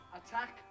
attack